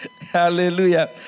Hallelujah